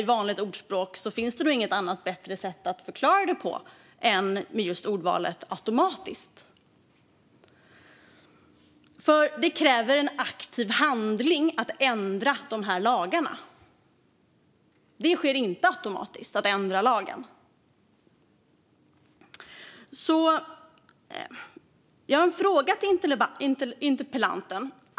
I vanligt språk finns det nog inget bättre sätt att förklara detta på än med just ordvalet att det sker automatiskt. Det kräver nämligen en aktiv handling att ändra dessa lagar. En ändring av lagen sker inte automatiskt. Jag har därför en fråga till interpellanten.